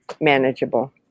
manageable